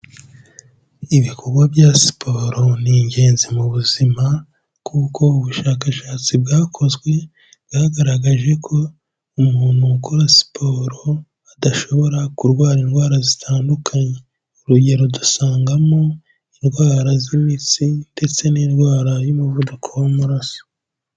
Ibikorwa bya siporo ni ingenzi mu buzima, kuko ubushakashatsi bwakozwe bwagaragaje ko umuntu ukora siporo, adashobora kurwara indwara zitandukanye. Urugero dusangamo indwara z'imitsi ndetse n'indwara y'umuvuduko w'amaraso.